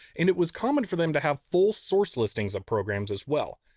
and it was common for them to have full source listings of programs as well.